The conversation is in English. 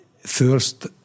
First